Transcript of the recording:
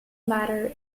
matter